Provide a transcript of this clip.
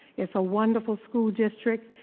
it's a wonderful school district,